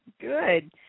Good